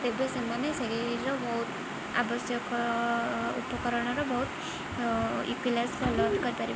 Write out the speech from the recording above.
ତେବେ ସେମାନେ ସେହିର ବହୁତ ଆବଶ୍ୟକ ଉପକରଣର ବହୁତ ୟୁଟିଲାଇଜ୍ ଭଲ କରିପାରିବେ